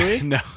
No